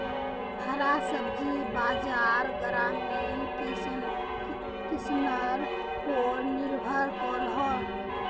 हरा सब्जिर बाज़ार ग्रामीण किसनर पोर निर्भर करोह